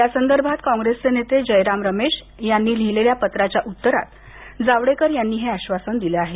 या संदर्भात कॉंग्रेसचे नेते जयराम रमेश यांनी लिहिलेल्या पत्राच्या उत्तरात जावडेकर यांनी हे आश्वासन दिलं आहे